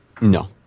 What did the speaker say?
No